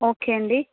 okay అండి